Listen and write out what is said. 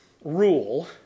rule